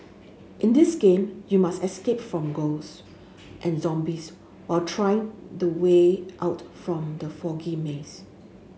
in this game you must escape from ghosts and zombies while try the way out from the foggy maze